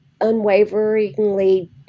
unwaveringly